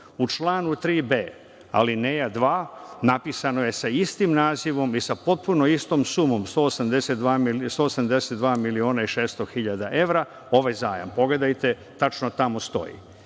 u članu 3b. alineja 2. napisano je sa istim nazivom i sa potpuno istom sumom – 182 miliona i 600 hiljada evra ovaj zajam. Pogledajte, tačno tamo stoji. Tamo